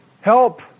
help